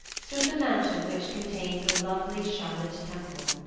stood the mansion which contained the lovely charlotte temple.